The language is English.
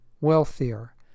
wealthier